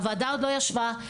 הוועדה עוד לא ישבה,